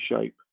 shape